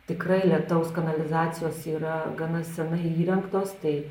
tikrai lietaus kanalizacijos yra gana senai įrengtos tai